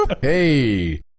Hey